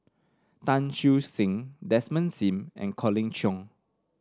Tan Siew Sin Desmond Sim and Colin Cheong